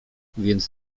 więc